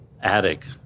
attic